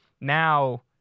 now